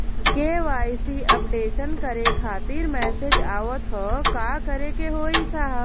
KYC updation करें खातिर message आवत ह का करे के होई साहब?